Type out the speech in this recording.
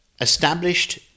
established